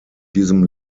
diesem